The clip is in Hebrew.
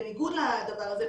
בניגוד לדבר הזה,